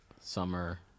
summer